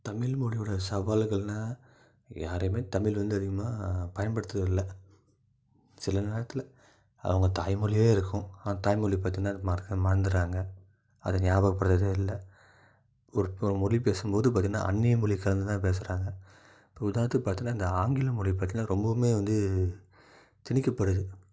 தமிழ்மொழியோட சவால்கள்ன்னா யாரையுமே தமிழ் வந்து அதிகமாக பயன்படுத்துறது இல்லை சில நேரத்தில் அவங்க தாய்மொழியா இருக்கும் அந்த தாய்மொழி பார்த்திங்கனா மறந் மறந்துர்றாங்க அது ஞாபகப்படுத்துறதே இல்லை ஒரு ஒரு மொழி பேசும் போது பார்த்திங்கனா அந்நிய மொழி கலந்து தான் பேசுகிறாங்க இப்போ உதாரணத்துக்கு பார்த்தனா இந்த ஆங்கில மொழி பார்த்திங்கனா ரொம்பவுமே வந்து திணிக்கப்படுது